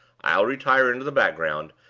i'll retire into the background,